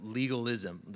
legalism